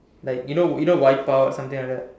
like you know you know wipeout something like that